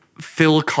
Phil